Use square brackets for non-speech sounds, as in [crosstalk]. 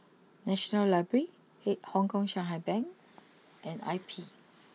National library [unintelligible] Hong Kong Shanghai Bank and I P